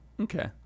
Okay